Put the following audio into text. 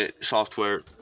software